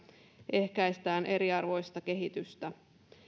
ehkäistään eriarvoista kehitystä